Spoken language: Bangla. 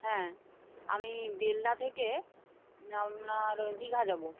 হ্যাঁ আমি বেলদা থেকে আপনার দীঘা যাব